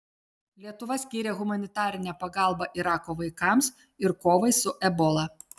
lietuva skyrė humanitarinę pagalbą irako vaikams ir kovai su ebola